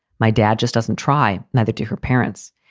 my dad just doesn't try. neither do her parents.